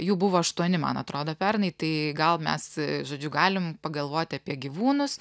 jų buvo aštuoni man atrodo pernai tai gal mes žodžiu galim pagalvoti apie gyvūnus